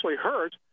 hurt